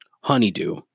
honeydew